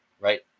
right